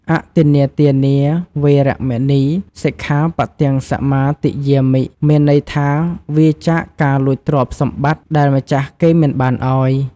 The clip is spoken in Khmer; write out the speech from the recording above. អទិន្នាទានា វេរមណី សិក្ខាបទំ សមាទិយាមិ មានន័យថា វៀរចាកការលួចទ្រព្យសម្បត្តិដែលម្ចាស់គេមិនបានឲ្យ។